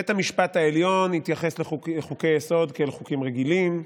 בית המשפט העליון התייחס לחוקי-יסוד כאל חוקים רגילים,